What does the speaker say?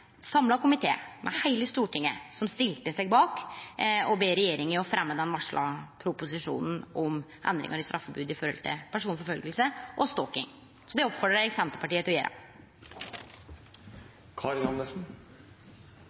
samla komité, med heile Stortinget, som hadde stilt seg bak og bedt regjeringa fremje den varsla proposisjonen om endringar i straffebodet for personforfølging og «stalking». Det oppfordrar eg Senterpartiet til å